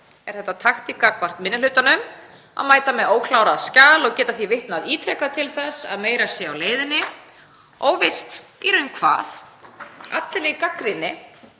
er það taktík gagnvart minni hlutanum að mæta með óklárað skjal og geta því vitnað ítrekað til þess að meira sé á leiðinni, óvíst í raun hvað. Allri gagnrýni